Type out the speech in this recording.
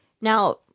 Now